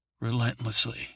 relentlessly